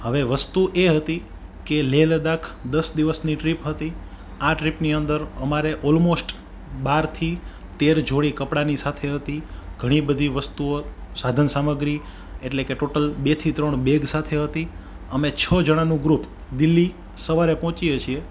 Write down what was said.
હવે વસ્તુ એ હતી કે લેહ લદાખ દસ દિવસની ટ્રીપ હતી આ ટ્રીપની અંદર અમારે ઓલમોસ્ટ બારથી તેર જોડી કપડાંની સાથે હતી ઘણી બધી વસ્તુઓ સાધન સામગ્રી એટલે કે ટોટલ બે થી ત્રણ બેગ સાથે હતી અમે છ જણાનું ગ્રુપ દિલ્હી સવારે પહોંચીએ છીએ